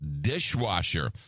dishwasher